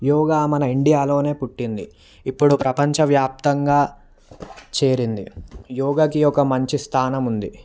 యోగా మన ఇండియాలోనే పుట్టింది ఇప్పుడు ప్రపంచవ్యాప్తంగా చేరింది యోగాకి ఒక మంచి స్థానం ఉంది